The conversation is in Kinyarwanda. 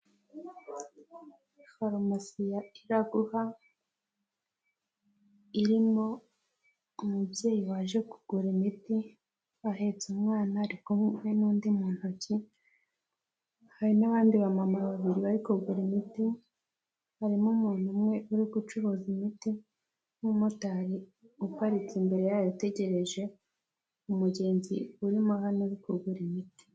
Farumasi ya Iraguha irimo umubyeyi waje kugura imiti ahetse umwana ari kumwe n'undi mu ntoki, hari n'abandi ba mama babiri bari kugura imiti, harimo umuntu umwe uri gucuruza imiti, n'umumotari uparitse imbere yayo utegereje umugenzi urimo hano uri kugura imiti.